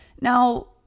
Now